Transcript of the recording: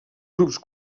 grups